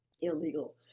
illegal